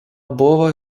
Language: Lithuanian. buvo